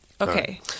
Okay